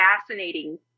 fascinating